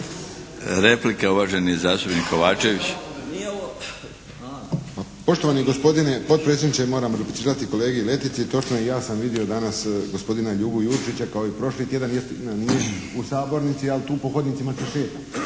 **Kovačević, Pero (HSP)** Poštovani gospodine potpredsjedniče, moram replicirati kolegi Letici. Točno je, ja sam vidio danas gospodina Ljubu Jurčića kao i prošli tjedan, istina nije u sabornici ali tu po hodnicima se šeta.